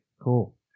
cool